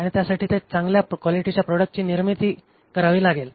आणि त्यासाठी ते चांगल्या क्वालिटीच्या प्रॉडक्ट्सची निर्मिती करावी लागेल